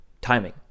timing